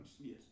yes